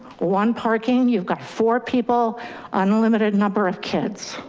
one parking, you've got four people unlimited number of kids.